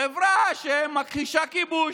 חברה שמכחישה כיבוש,